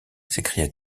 s’écria